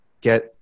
get